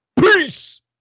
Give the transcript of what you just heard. Peace